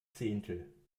zehntel